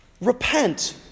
Repent